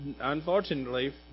unfortunately